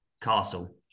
castle